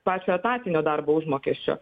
pačio etatinio darbo užmokesčio